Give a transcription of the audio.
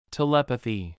Telepathy